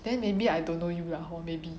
then maybe I don't know you lah hor maybe